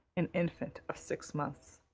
an infant of six months.